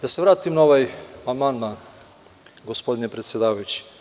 Da se vratimo na ovaj amandman, gospodine predsedavajući.